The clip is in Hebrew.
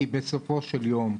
כי בסופו של יום,